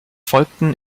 folgten